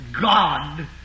God